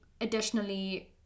additionally